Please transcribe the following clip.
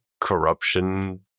corruption